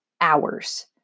Hours